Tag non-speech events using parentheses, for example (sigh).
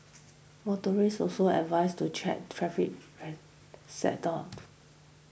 motorists also advised to check traffic (unintelligible) set off